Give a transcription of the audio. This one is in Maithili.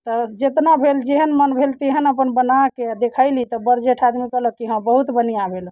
तऽ जेतना भेल जेहन भेल मन तेहन अपन बना कऽ देखयली तऽ बड़ जेठ आदमी कहलक कि हँ बहुत बढ़िआँ भेल